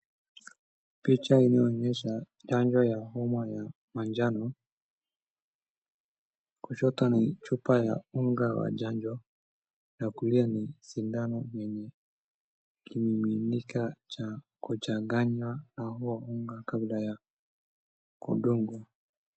Picha inaonyesha chanjo ya homa ya manjano. Kushoto ni chupa ya unga wa chanjo, na kulia ni sindano yenye kimiminika cha kuchanganywa na huo unga kabla ya kudungwa.